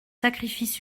sacrifices